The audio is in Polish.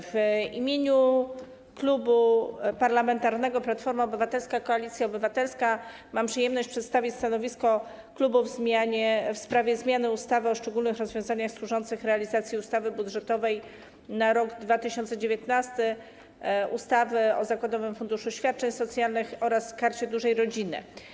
W imieniu Klubu Parlamentarnego Platforma Obywatelska - Koalicja Obywatelska mam przyjemność przedstawić stanowisko klubu w sprawie zmiany ustawy o szczególnych rozwiązaniach służących realizacji ustawy budżetowej na rok 2019, ustawy o zakładowym funduszu świadczeń socjalnych oraz ustawy o Karcie Dużej Rodziny.